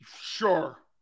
Sure